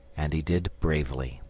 and he did bravely.